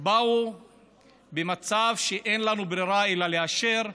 הגענו למצב שאין לנו ברירה אלא לאשר,